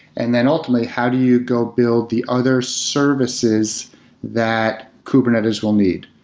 and then ultimately, how do you go build the other services that kubernetes will need?